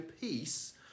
peace